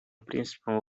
принципом